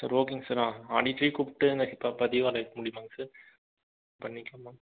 sir ஓகேங்க sir ஆடிட்டரையே கூப்பிட்டு இங்கே பதிவாளையம் பண்ணிக்கலாமா